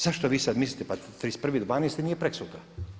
Zašto vi sad mislite pa 31.12. nije preksutra.